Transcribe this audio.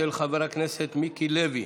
של חבר הכנסת מיקי לוי: